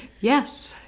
yes